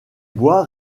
bois